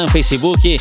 Facebook